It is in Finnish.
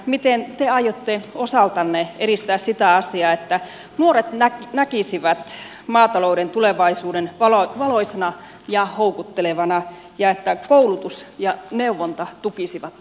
miten te aiotte osaltanne edistää sitä asiaa että nuoret näkisivät maatalouden tulevaisuuden valoisana ja houkuttelevana ja että koulutus ja neuvonta tukisivat tätä